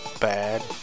bad